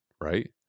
Right